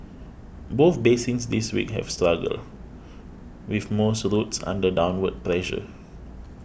both basins this week have struggled with most routes under downward pressure